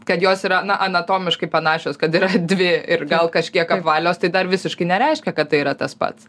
kad jos yra na anatomiškai panašios kad yra dvi ir gal kažkiek apvalios tai dar visiškai nereiškia kad tai yra tas pats